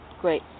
Great